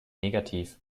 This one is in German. negativ